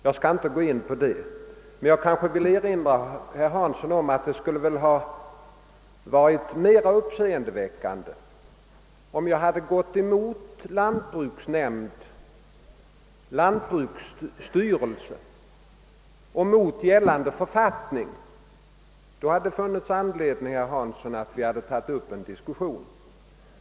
Jag skall inte gå in på det men får kanske erinra honom om att det väl skulle ha varit mer uppseendeväckande, om jag hade gått emot lantbruksnämnd, lantbruksstyrelse och gällande författning. Då hade det, herr Hansson, funnits anledning att ta upp en diskussion.